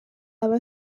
aba